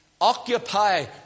Occupy